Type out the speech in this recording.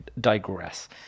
digress